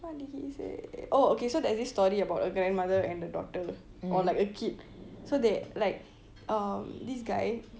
what did he say oh okay so there's this story about a guy mother and the daughter or like a kid so then like um this guy